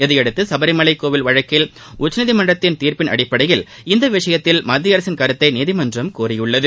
இதையடுத்து சபரிமலை கோயில் வழக்கில் உச்சநீதிமன்றத்தின் தீர்ப்பின் அடிப்படையில் இந்த விஷயத்தில் மத்திய அரசின் கருத்தை நீதிமன்றம் கோரியுள்ளது